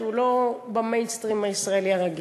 שהוא לא במיינסטרים הישראלי הרגיל.